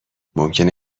ممکنه